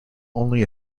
only